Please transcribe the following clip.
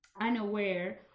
unaware